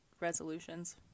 resolutions